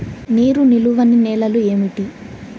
నీరు నిలువని నేలలు ఏమిటి?